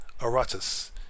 Aratus